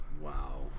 Wow